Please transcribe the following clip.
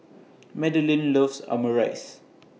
Madeline loves Omurice